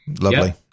lovely